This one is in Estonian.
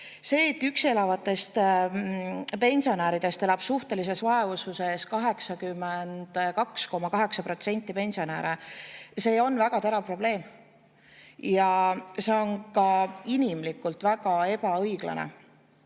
See, et üksi elavatest pensionäridest elab suhtelises vaesuses 82,8%, on väga terav probleem. See on ka inimlikult väga ebaõiglane.